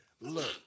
Look